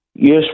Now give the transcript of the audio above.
Yes